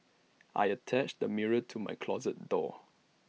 I attached A mirror to my closet door